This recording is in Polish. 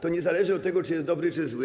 To nie zależy od tego, czy jest dobry, czy zły.